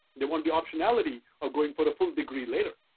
they want the optionality of going for the full degree later.